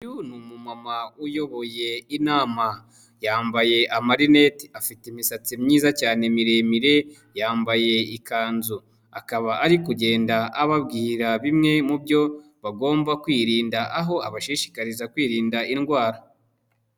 Uyu ni umama uyoboye inama, yambaye amarinete, afite imisatsi myiza cyane miremire. Yambaye ikanzu akaba ari kugenda ababwira bimwe mu byo bagomba kwirinda aho abashishikariza kwirinda indwara.